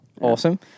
Awesome